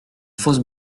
fausse